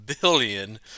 billion